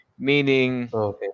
Meaning